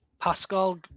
Pascal